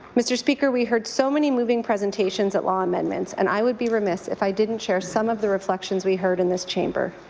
mr. speaker, we heard so many moving presentations at law amendments and i would be remiss if i didn't share some of the reflections we heard in this chamber.